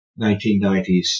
1990s